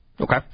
okay